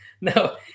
No